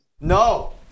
No